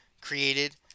created